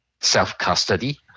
self-custody